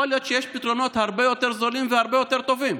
יכול להיות שיש פתרונות הרבה יותר זולים והרבה יותר טובים.